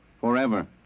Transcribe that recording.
Forever